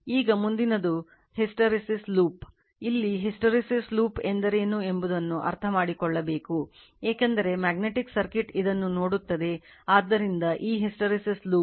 ಈಗ ಮುಂದಿನದು hysteresis loop ಇಲ್ಲಿ hysteresis loop ಎಂದರೇನು ಎಂಬುದನ್ನು ಅರ್ಥಮಾಡಿಕೊಳ್ಳಬೇಕು ಏಕೆಂದರೆ ಮ್ಯಾಗ್ನೆಟಿಕ್ ಸರ್ಕ್ಯೂಟ್ ಇದನ್ನು ನೋಡುತ್ತದೆ ಆದ್ದರಿಂದ ಈ ಹಿಸ್ಟರೆಸಿಸ್ ಲೂಪ್